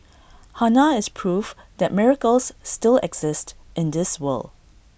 Hannah is proof that miracles still exist in this world